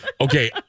Okay